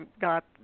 got